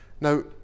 Now